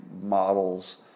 models